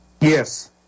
Yes